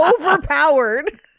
overpowered